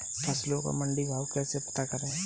फसलों का मंडी भाव कैसे पता करें?